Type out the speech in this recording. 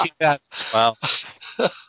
2012